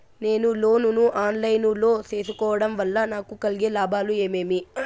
నేను లోను ను online లో సేసుకోవడం వల్ల నాకు కలిగే లాభాలు ఏమేమీ?